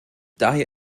daher